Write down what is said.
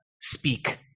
speak